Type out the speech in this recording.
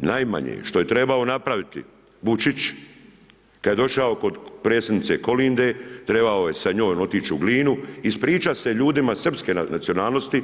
Najmanje što je trebao napraviti Vučić kada je došao kod predsjednice Kolinde trebao je sa njom otići u Glinu ispričat se ljudima Srpske nacionalnosti